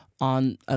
on